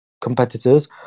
competitors